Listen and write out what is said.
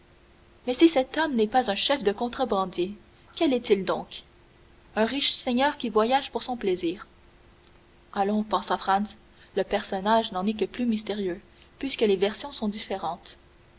mais si cet homme n'est pas un chef de contrebandiers quel est-il donc un riche seigneur qui voyage pour son plaisir allons pensa franz le personnage n'en est que plus mystérieux puisque les versions sont différentes